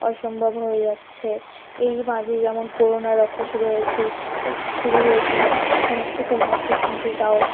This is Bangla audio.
অসম্ভব হয়ে যাচ্ছে এই মাঝে যেমন করোনা রোগটা শুরু হয়েছে শুরু হয়েছিল এখন একটু কমেছে কিন্তু তাও